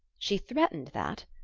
she threatened that?